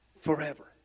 forever